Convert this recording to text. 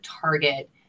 target